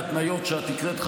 ההתניות שאת הקראת,